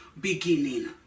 beginning